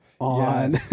On